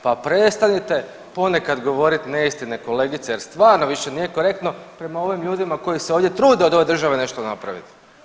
Pa prestanite ponekad govoriti neistine, kolegice jer stvarno više nije korektno prema ovim ljudima koji se ovdje trude od ove države nešto napraviti.